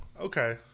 Okay